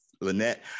Lynette